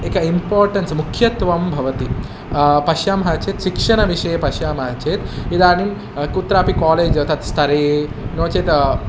एकम् इन्पोर्टेन्स् मुख्यत्वं भवति पश्यामः चेत् शिक्षणविषये पश्यामः चेत् इदानीं कुत्रापि कोलेज् तत् स्तरे नो चेत्